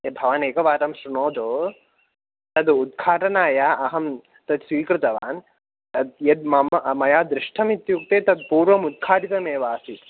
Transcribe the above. ये भवान् एकवारं शृणोतु तद् उद्घाटनाय अहं तद् स्वीकृतवान् तद् यद् मम मया दृष्ठमित्युक्ते तद् पूर्वम् उद्घाटितमेव आसीत्